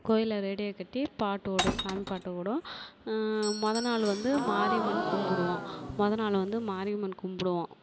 கோயிலில் ரேடியோ கட்டி பாட்டு ஓடும் சாமி பாட்டு ஓடும் மொதல் நாள் வந்து மாரியம்மன் கும்பிடுவோம் மொதல் நாள் வந்து மாரியம்மன் கும்பிடுவோம்